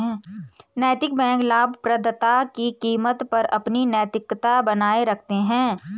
नैतिक बैंक लाभप्रदता की कीमत पर अपनी नैतिकता बनाए रखते हैं